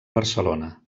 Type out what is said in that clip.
barcelona